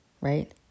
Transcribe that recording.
right